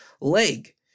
leg